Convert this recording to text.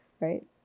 right